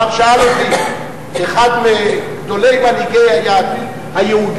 פעם שאל אותי אחד מגדולי מנהיגי היהודים